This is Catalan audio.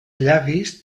llavis